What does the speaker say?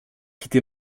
quitté